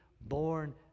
born